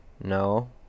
No